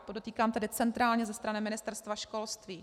Podotýkám tedy centrálně ze strany Ministerstva školství.